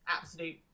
absolute